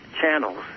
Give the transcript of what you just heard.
channels